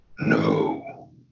No